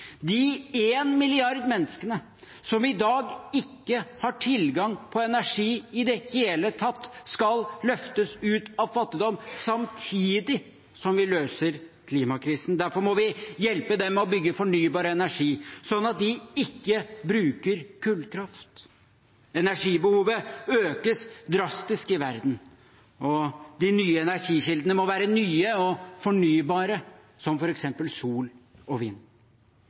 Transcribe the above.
De én milliard menneskene som i dag ikke har tilgang på energi i det hele tatt, skal løftes ut av fattigdom samtidig som vi løser klimakrisen. Derfor må vi hjelpe dem med å bygge fornybar energi, sånn at de ikke bruker kullkraft. Energibehovet øker drastisk i verden, og de nye energikildene må være nye og fornybare, som f.eks. sol og vind.